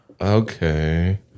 Okay